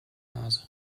nase